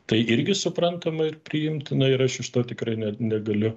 tai irgi suprantama ir priimtina ir aš iš to tikrai ne negaliu